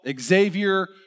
Xavier